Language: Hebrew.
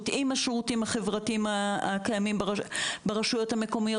עם השירותים החברתיים הקיימים ברשויות המקומיות.